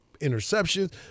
interceptions